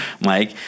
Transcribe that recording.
Mike